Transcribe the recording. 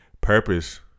purpose